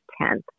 10th